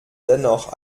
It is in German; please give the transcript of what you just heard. dennoch